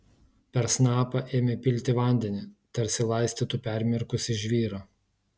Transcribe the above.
per snapą ėmė pilti vandenį tarsi laistytų permirkusį žvyrą